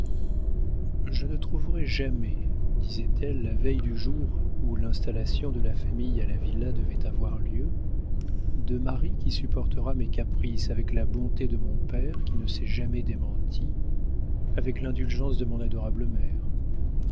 je ne trouverai jamais disait-elle la veille du jour où l'installation de la famille à la villa devait avoir lieu de mari qui supportera mes caprices avec la bonté de mon père qui ne s'est jamais démentie avec l'indulgence de mon adorable mère